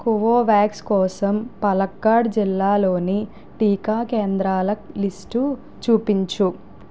Covovax కోసం పాలక్కాడ్ జిల్లాలోని టీకా కేంద్రాల లిస్టు చూపించు